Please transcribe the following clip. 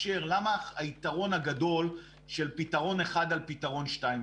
מה היתרון הגדול של פתרון 1 על פתרון 2?